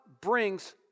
brings